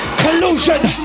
collusion